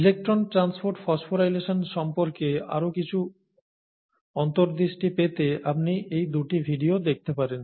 electron transport phosphorylation সম্পর্কে আরো কিছু অন্তর্দৃষ্টি পেতে আপনি এই 2টি ভিডিও দেখতে পারেন